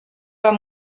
pas